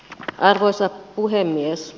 arvoisa puhemies